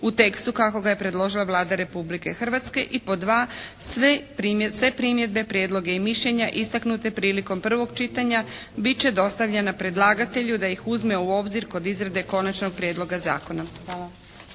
u tekstu kako ga je predložila Vlada Republike Hrvatske i 2. Sve primjedbe, prijedloge i mišljenja istaknute prilikom prvog čitanja bit će dostavljena predlagatelju da iz uzme u obzir kod izrade konačnog prijedloga zakona.